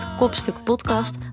kopstukpodcast